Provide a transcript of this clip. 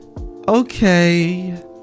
Okay